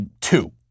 two